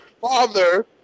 father